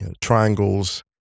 triangles